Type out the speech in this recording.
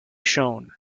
shown